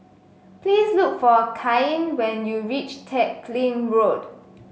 please look for Cain when you reach Teck Lim Road